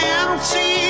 empty